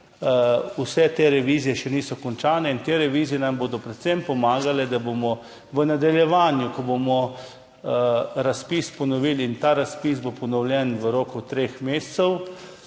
Vse te revizije še niso končane. Te revizije nam bodo predvsem pomagale, da bomo v nadaljevanju, ko bomo razpis ponovili, in ta razpis bo ponovljen v roku treh mesecev,